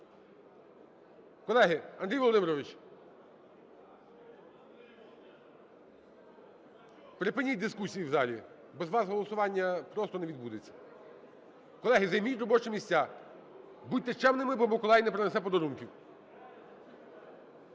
Колеги! Андрій Володимирович! Припиніть дискусії в залі. Без вас голосування просто не відбудеться. Колеги, займіть робочі місця. Будьте чемними, бо Миколай не принесе подарунків.